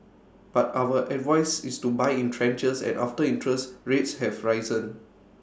but our advice is to buy in tranches and after interest rates have risen